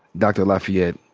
dr. lafayette,